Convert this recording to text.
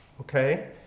okay